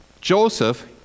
Joseph